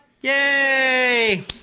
Yay